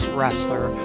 Wrestler